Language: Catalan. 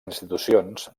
institucions